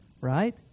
right